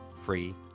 free